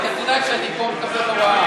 את רק יודעת שאני פה מקבל הוראה,